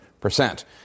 percent